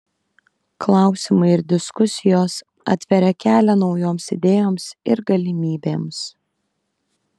klausimai ir diskusijos atveria kelią naujoms idėjoms ir galimybėms